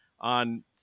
on